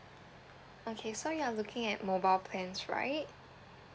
okay so you are looking at mobile plans right